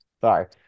sorry